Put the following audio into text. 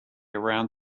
around